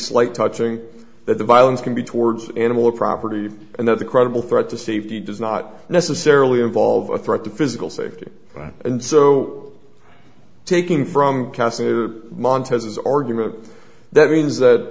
slight touching that the violence can be towards animal or property and that the credible threat to safety does not necessarily involve a threat to physical safety and so taking from castle montana's argument that means that